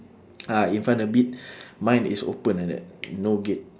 ah in front a bit mine is open like that no gate